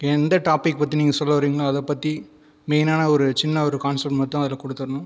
எந்த டாபிக் பற்றி நீங்கள் சொல்ல வரீங்களோ அதை பற்றி மெய்னான ஒரு சின்ன ஒரு கான்செப்ட் மட்டும் கொடுத்துர்ணும்